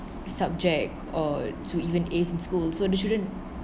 subject or to even ace in school so the children